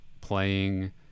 playing